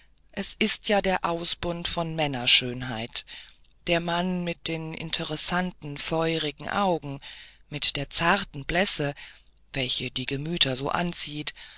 da ist der ausbund von männerschönheit der mann mit dem interessanten feurigen auge mit der zarten blässe welche die gemüter so anzieht